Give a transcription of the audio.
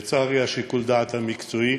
לצערי, שיקול הדעת המקצועי